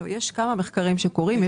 יש כמה מחקרים שקורים.